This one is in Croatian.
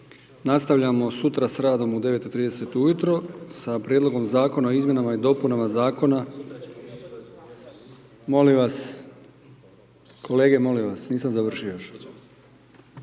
Nastavljamo sutra s radom u 9,30 ujutro sa Prijedlogom Zakona o izmjenama i dopunama Zakona, molim vas, kolege molim vas nisam završio još.